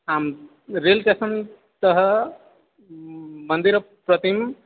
आं rail station तः मन्दिरं प्रति